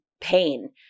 pain